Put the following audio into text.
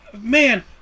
man